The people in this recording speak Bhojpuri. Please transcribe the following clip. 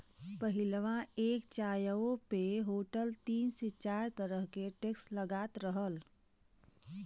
पहिलवा एक चाय्वो पे होटल तीन से चार तरह के टैक्स लगात रहल